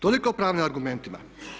Toliko o pravnim argumentima.